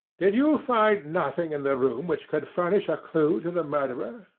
did you find nothing in the room which could furnish a clue to the murderer?